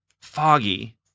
Foggy